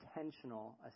intentional